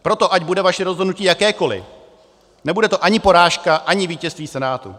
Proto ať bude vaše rozhodnutí jakékoli, nebude to ani porážka, ani vítězství Senátu.